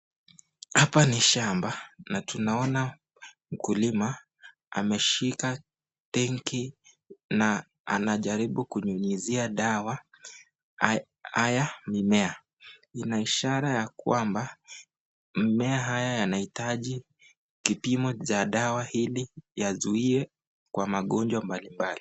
Hapa ni shamba natunaona mkulima ameshika pengi na anajaribu kunyunyuzia dawa haya mimea , inaishara ya kwamba mimea haya yanaitaji kipimo cha dawa iliiwazuie kwa magonjwa mbali mbali .